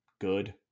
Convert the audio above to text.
good